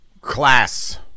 class